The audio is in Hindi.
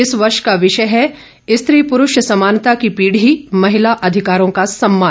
इस वर्ष का विषय है स्त्री पुरुष समानता की पीढ़ी महिला अधिकारों का सम्मान